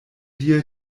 dir